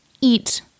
eat